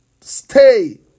stay